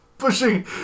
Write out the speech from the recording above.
Pushing